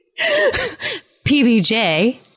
PBJ